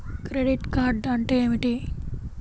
Credit card అంటే ఏమిటి?